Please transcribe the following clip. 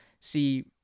see